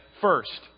first